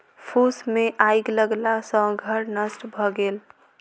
फूस मे आइग लगला सॅ घर नष्ट भ गेल